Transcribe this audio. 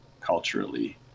culturally